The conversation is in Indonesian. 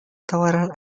tawaran